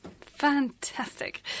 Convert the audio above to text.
Fantastic